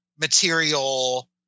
Material